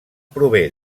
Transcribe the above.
prové